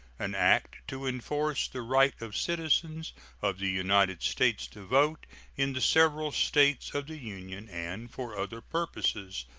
an act to enforce the right of citizens of the united states to vote in the several states of the union, and for other purposes.